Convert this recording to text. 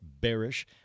bearish